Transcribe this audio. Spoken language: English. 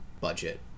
budget